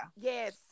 Yes